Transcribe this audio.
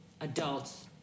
adults